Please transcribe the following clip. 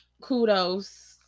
Kudos